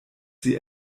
sie